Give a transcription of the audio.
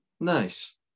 Nice